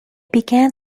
began